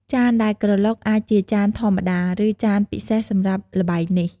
ចានដែលក្រឡុកអាចជាចានធម្មតា ឬចានពិសេសសម្រាប់ល្បែងនេះ។